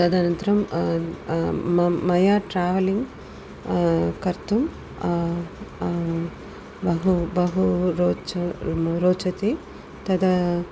तदनन्तरं म मया ट्रावेलिङ् कर्तुं बहु बहु रोच रोचते तदा